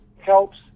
helps